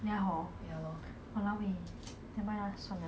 ya hor !walao! eh never mind lah 算了